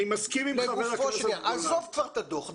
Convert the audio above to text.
אני מסכים עם חבר הכנסת גולן -- עזוב כבר את הדוח,